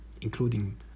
including